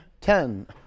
ten